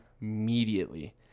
immediately